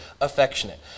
affectionate